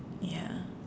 ya